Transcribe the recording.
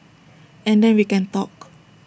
and then we can talk